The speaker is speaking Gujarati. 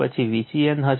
પછી Vcn હશે